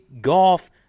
golf